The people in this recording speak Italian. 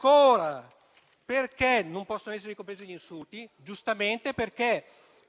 parlamentari. Perché non possono essere ricompresi gli insulti? Perché giustamente